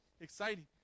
exciting